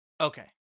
Okay